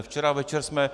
Včera večer jsme...